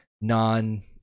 non